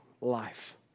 life